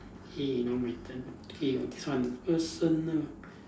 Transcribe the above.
K now my turn okay this one personal